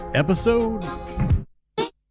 episode